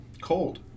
cold